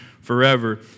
forever